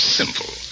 simple